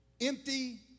empty